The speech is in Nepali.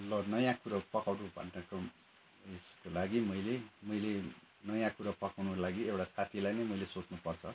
ल नयाँ कुरो पकाउनु भनेको उयसको लागि मैले मैले नयाँ कुरो पकाउनु लागि एउटा साथीलाई नै मैले सोध्नु पर्छ